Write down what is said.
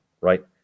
right